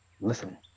Listen